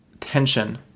tension